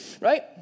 right